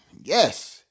yes